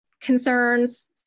concerns